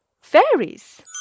fairies